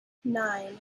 nine